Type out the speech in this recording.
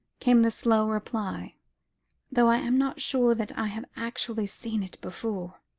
came the slow reply though i am not sure that i have actually seen it before